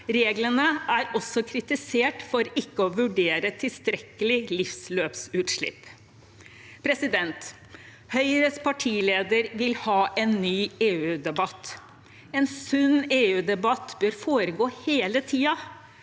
Reglene er også kritisert for ikke å vurdere tilstrekkelig livsløpsutslipp. Høyres partileder vil ha en ny EU-debatt. En sunn EU-debatt bør foregå hele tiden,